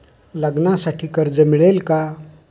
लग्नासाठी कर्ज मिळेल का?